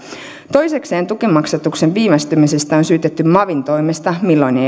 toisekseen tukimaksatuksen viivästymisestä on syytetty mavin toimesta milloin